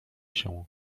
się